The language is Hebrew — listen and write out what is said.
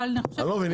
אני לא מבין,